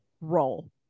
role